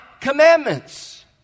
commandments